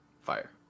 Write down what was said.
Fire